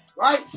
Right